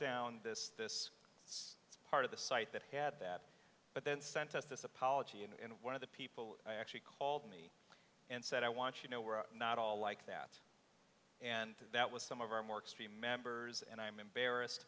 down this this is it's part of the site that had that but then sent us this apology and one of the people i actually called me and said i want you know we're not all like that and that was some of our more extreme members and i'm embarrassed